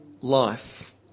life